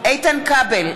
איתן כבל,